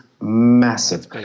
massive